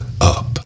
up